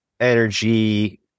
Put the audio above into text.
Energy